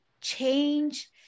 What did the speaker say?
change